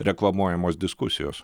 reklamuojamos diskusijos